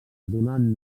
donant